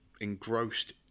engrossed